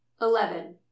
eleven